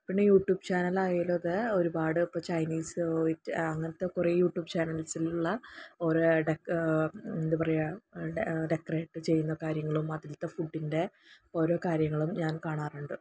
പിന്നെ യൂട്യുബ് ചാനലായാലും അതെ ഒരുപാട് ഇപ്പോൾ ചൈനീസ് വോയ്റ്റ് അങ്ങനത്തെ കുറേ യൂട്യുബ് ചാനല്സിലുള്ള ഓരോ എന്താ പറയുക ഡെക്കറേറ്റ് ചെയ്യുന്ന കാര്യങ്ങളും അതിലത്തെ ഫുഡിന്റെ ഓരോ കാര്യങ്ങളും ഞാന് കാണാറുണ്ട്